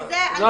לא, לא,